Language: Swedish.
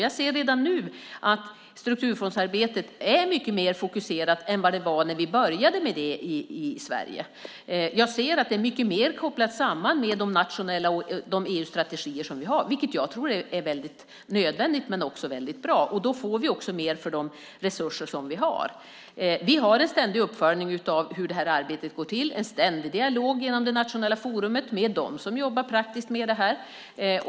Jag ser redan nu att strukturfondsarbetet är mycket mer fokuserat än vad det var när vi började med det i Sverige. Jag ser att det mycket mer kopplas samman med de nationella strategier och de EU-strategier vi har. Det är nödvändigt och bra. Då får vi också mer för de resurser vi har. Vi har en ständig uppföljning av hur arbetet går till och en ständig dialog genom det nationella forumet med dem som jobbar praktiskt med det här.